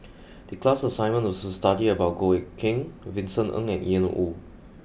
the class assignment was to study about Goh Eck Kheng Vincent Ng and Ian Woo